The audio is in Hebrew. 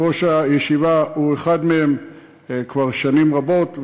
הישיבה הוא אחד מהם כבר שנים רבות,